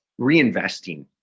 reinvesting